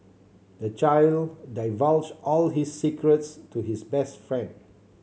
the child divulged all his secrets to his best friend